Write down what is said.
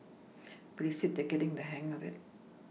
but he said that they are getting the hang of it